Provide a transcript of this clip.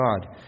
God